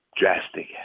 drastic